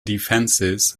defences